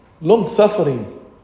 long-suffering